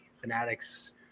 Fanatics